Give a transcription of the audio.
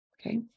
okay